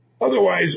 Otherwise